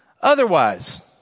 Otherwise